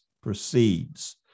proceeds